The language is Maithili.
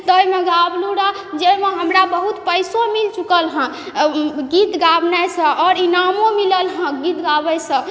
तऽ ओइमे गाबलहुँ रहऽ जैमे हमरा बहुत पैसो मिल चुकल हँ गीत गाबनाइ सँ आओर इनामो मिलल हँ गीत गाबयसँ